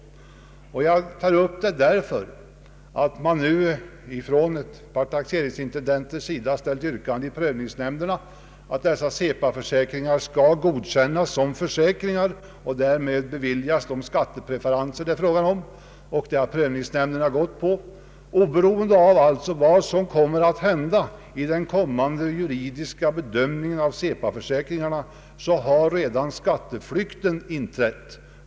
Jag tar upp frågan därför att ett par taxeringsintendenter ställt yrkanden i prövningsnämnderna att CEPA-försäkringar skall godkännas som försäkringar och därmed beviljas de skattepreferenser det är fråga om. Prövningsnämnderna har godkänt detta. Oberoende av vad som kommer att hända vid den kommande juridiska bedömningen av CEPA-försäkringarna, har skatteflykten redan inträtt.